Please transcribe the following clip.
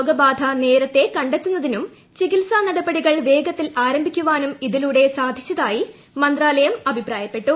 രോഗബാധ നേരത്തേ കണ്ടെത്തുന്നതിനും നടപടികൾ വേഗത്തിൽ ആരംഭിക്കുവാനും ചികിത്സ ഇതിലൂടെ സാധിച്ചതായി മന്ത്രാലയം അഭിപ്രായപ്പെട്ടു